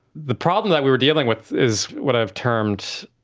the problem that we are dealing with is what i've termed,